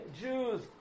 Jews